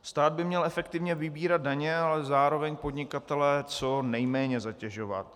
Stát by měl efektivně vybírat daně, ale zároveň podnikatele co nejméně zatěžovat.